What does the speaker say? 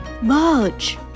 Merge